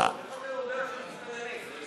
איך אתה יודע שהם מסתננים?